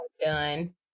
done